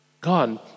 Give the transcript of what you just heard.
God